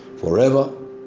forever